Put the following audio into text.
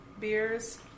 beers